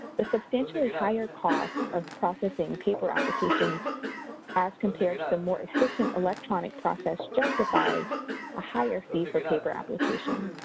the substantially higher cost of processing paper applications as compared to the more efficient electronic process justified a higher fee for paper applications.